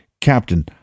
Captain